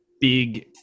big